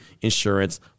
insurance